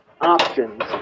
options